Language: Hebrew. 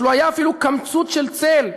לא היה אפילו קמצוץ של צל.